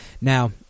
Now